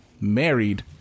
married